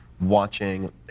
watching